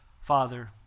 Father